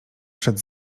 przed